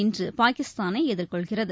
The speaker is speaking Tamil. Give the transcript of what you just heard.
இன்றுபாகிஸ்தானைஎதிர்கொள்கிறது